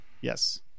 Yes